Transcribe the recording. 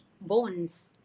bones